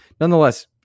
nonetheless